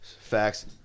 Facts